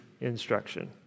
instruction